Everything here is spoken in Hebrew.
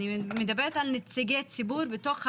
אני מדברת על נציגי ציבור בתוך הוועדות,